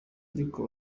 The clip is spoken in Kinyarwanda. ariko